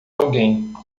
alguém